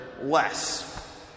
less